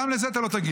גם לזה אתה לא תגיע.